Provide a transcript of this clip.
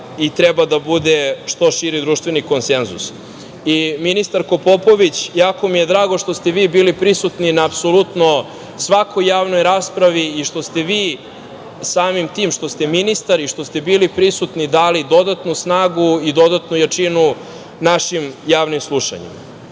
i treba da bude što širi društveni konsenzus. Ministarko Popović, jako mi je drago što ste vi bili prisutni na apsolutno svakoj javnoj raspravi i što ste vi, samim tim što ste ministar i što ste bili prisutni, dali dodatnu snagu i dodatnu jačinu našim javnim slušanjima. Bili